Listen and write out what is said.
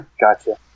gotcha